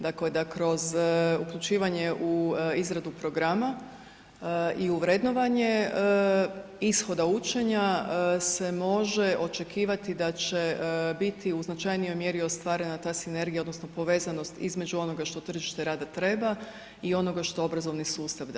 Dakle, da kroz uključivanje u izradu programa i u vrednovanje ishoda učenja se može očekivati da će biti u značajnijoj mjeri ostvarena ta sinergija odnosno povezanost između onoga što tržište rada treba i onoga što obrazovni sustav daje.